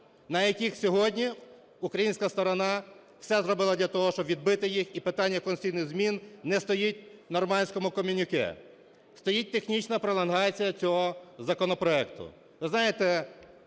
на яких сьогодні українська сторона все зробила для того, щоб відбити їх і питання конституційних змін не стоїть в нормандському комюніке. Стоїть технічна пролонгація цього законопроекту.